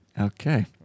Okay